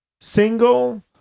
single